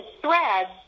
threads